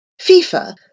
FIFA